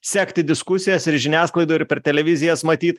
sekti diskusijas ir žiniasklaidoj ir per televizijas matyt